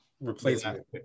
replacement